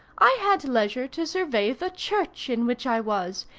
i had leisure to survey the church in which i was,